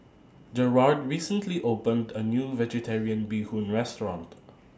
Gerard recently opened A New Vegetarian Bee Hoon Restaurant